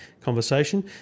conversation